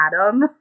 Adam